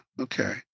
Okay